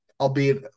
albeit